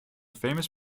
famous